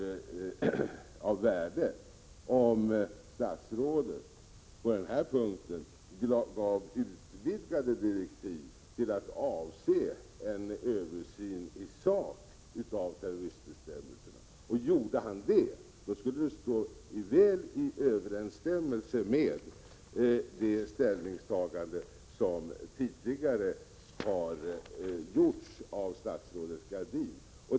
Det vore av värde om statsrådet på denna punkt gav vidgade direktiv, så att det blir en översyn i sak av terroristbestämmelserna. Det skulle stå väl i överensstämmelse med det ställningstagande som tidigare har gjorts av statsrådet Gradin.